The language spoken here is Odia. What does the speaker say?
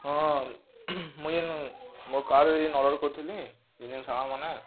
ହଁ ମୁଇଁ ଯେନ୍ ମୋ କାର ଅର୍ଡ଼ର୍ କରିଥିଲି ସାଙ୍ଗ ମାନେ